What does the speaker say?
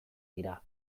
dira